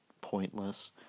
pointless